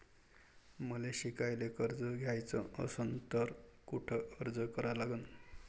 मले शिकायले कर्ज घ्याच असन तर कुठ अर्ज करा लागन?